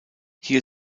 hier